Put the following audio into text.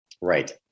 Right